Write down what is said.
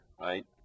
right